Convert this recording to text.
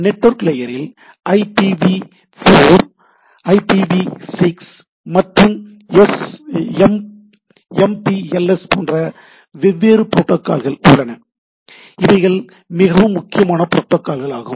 network லேயரில் IPv four ஐபிவி6 மற்றும் M P L S IPv4 IPv6 MPLS போன்ற வெவ்வேறு புரோட்டோகால்கள் உள்ளன இவைகள் மிக முக்கியமான புரோட்டோகால்கள் ஆகும்